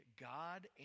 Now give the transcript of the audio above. God